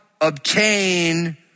obtain